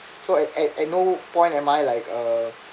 so I I no point am I like uh